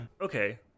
Okay